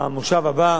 במושב הבא